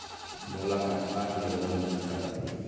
मोला कतका के लोन मिल सकत हे?